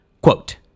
Quote